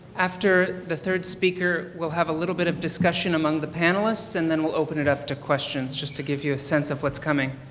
after the third speaker we'll have a little bit of discussion among the panelists and then we'll open it up to questions just to give you a sense of what's coming.